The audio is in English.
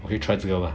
我可以 try 这个 mah